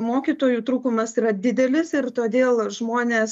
mokytojų trūkumas yra didelis ir todėl žmonės